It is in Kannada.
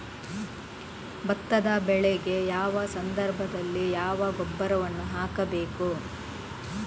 ಭತ್ತದ ಬೆಳೆಗೆ ಯಾವ ಸಂದರ್ಭದಲ್ಲಿ ಯಾವ ಗೊಬ್ಬರವನ್ನು ಹಾಕಬೇಕು?